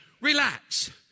Relax